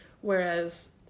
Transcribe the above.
Whereas